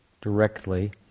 directly